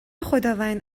خداوند